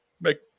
Make